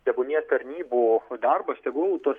tebūnie tarnybų darbas tegul tuo